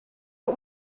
but